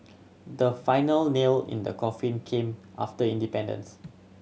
the final nail in the coffin came after independence